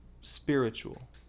spiritual